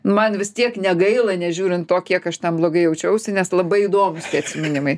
nu man vis tiek negaila nežiūrint to kiek aš ten blogai jaučiausi nes labai įdomūs tie atsiminimai